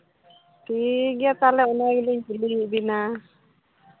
ᱴᱷᱤᱠ ᱜᱮᱭᱟ ᱛᱟᱦᱞᱮ ᱚᱱᱟ ᱜᱮᱞᱤᱧ ᱠᱩᱞᱤᱭᱮᱫ ᱵᱮᱱᱟ